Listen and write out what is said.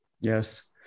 Yes